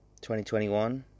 2021